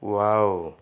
wow